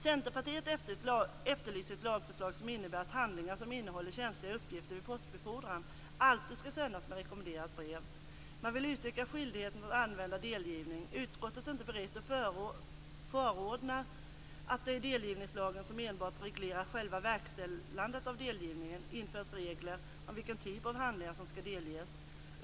Centerpartiet efterlyser ett lagförslag som innebär att handlingar som innehåller känsliga uppgifter vid postbefordran alltid skall sändas med rekommenderat brev. Man vill utöka skyldigheten att använda delgivning. Utskottet är inte berett att förorda att det i delgivningslagen - som enbart reglerar själva verkställandet av delgivningen - införs regler om vilken typ av handlingar som skall delges.